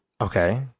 Okay